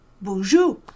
Bonjour